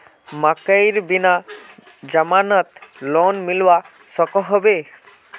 मकईर बिना जमानत लोन मिलवा सकोहो होबे?